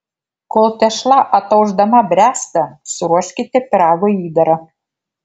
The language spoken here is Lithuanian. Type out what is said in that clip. kol tešla ataušdama bręsta suruoškite pyrago įdarą